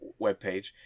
webpage